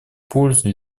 пользу